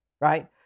right